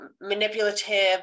manipulative